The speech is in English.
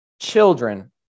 children